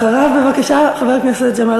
אחריו, חבר הכנסת ג'מאל